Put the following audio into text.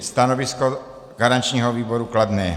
Stanovisko garančního výboru kladné.